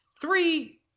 three